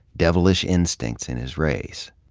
devilish instincts in his race.